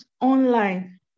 online